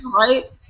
Right